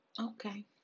Okay